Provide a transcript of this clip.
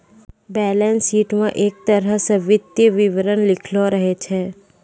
balance sheet म एक तरह स वित्तीय विवरण लिखलो रहै छै